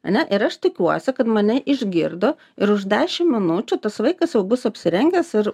ane ir aš tikiuosi kad mane išgirdo ir už dešim minučių tas vaikas jau bus apsirengęs ir